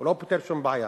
הוא לא פותר שום בעיה.